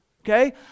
okay